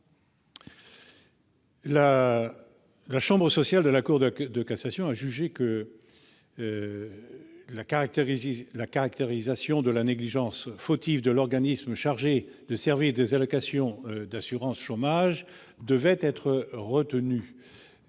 La chambre sociale de la Cour de cassation a retenu la caractérisation de la négligence fautive de l'organisme chargé de verser des allocations d'assurance chômage. Lorsque